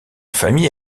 famille